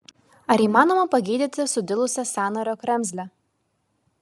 ar įmanoma pagydyti sudilusią sąnario kremzlę